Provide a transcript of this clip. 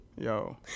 Yo